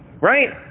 right